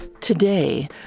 Today